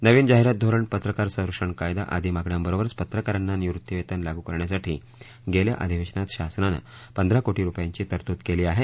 नवीन जाहिरात धोरण पत्रकार सर्खिण कायदा आदी मागण्याछिबरच पत्रकारात्ती निवृत्ती वेतन लागू करण्यासाठी गेल्या अधिवेशनात शासनान पद्धित कोटी रुपयार्टी तरतूद केली आहे